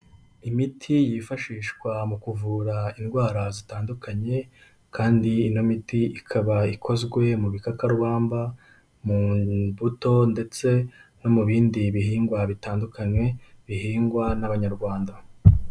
Imiti yifashishwa mu kuvura indwara zitandukanye kandi ino miti ikaba ikozwe mu bikakarubamba, mu mbuto ndetse no mu bindi bihingwa bitandukanye, bihingwa n'Abanyarwanda.